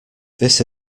this